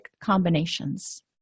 combinations